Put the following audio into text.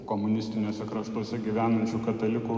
komunistiniuose kraštuose gyvenančių katalikų